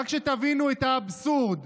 רק שתבינו את האבסורד,